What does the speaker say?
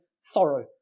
sorrow